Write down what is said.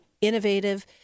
innovative